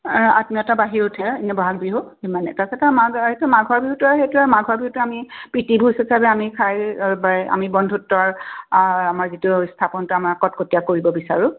আত্মীয়তা বাঢ়ি উঠে ব'হাগ বিহুত ইমানে তাৰপিছত আৰু মাঘ এইটো মাঘৰ বিহুতো আৰু সেইটোৱে মাঘৰ বিহুতো আমি প্ৰীতিভোজ হিচাপে আমি খাই আমি বন্ধুত্বৰ আমাৰ যিটো স্থাপনটো আমাৰ কটকটীয়া কৰিব বিচাৰোঁ